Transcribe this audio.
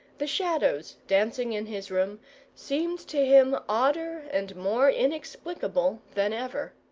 the shadows dancing in his room seemed to him odder and more inexplicable than ever.